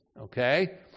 okay